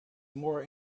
more